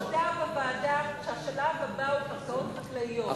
אתם הודיתם בוועדה שהשלב הבא הוא אדמות חקלאיות.